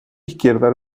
izquierda